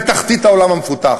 בתחתית העולם המפותח.